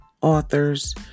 authors